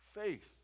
faith